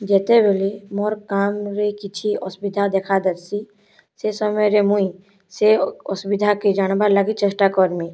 ଯେତେବେଲେ ମୋର୍ କାମରେ କିଛି ଅସୁବିଧା ଦେଖା ଦେସି ସେ ସମୟରେ ମୁଇଁ ସେ ଅସୁବିଧାକେ ଜାଣବାର୍ ଲାଗି ଚେଷ୍ଟା କରମି